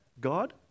God